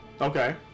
Okay